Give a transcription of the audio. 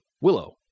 Willow